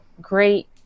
great